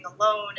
alone